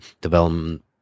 development